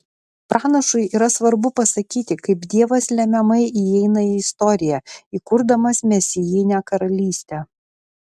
pranašui yra svarbu pasakyti kaip dievas lemiamai įeina į istoriją įkurdamas mesijinę karalystę